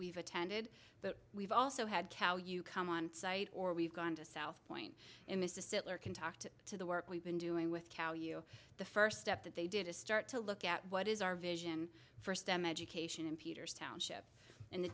we've attended but we've also had cow you come on site or we've gone to south point in mississippi or can talked to the work we've been doing with cow you the first step that they did is start to look at what is our vision for stem education in peters township and the